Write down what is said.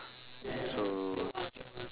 so